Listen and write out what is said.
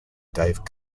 dave